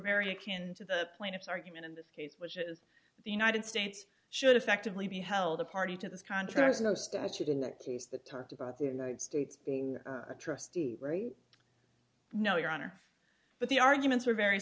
very akin to the plaintiffs argument in this case which is the united states should effectively be held a party to this contract is no statute in that case that talked about the united states being a trustee no your honor but the arguments are very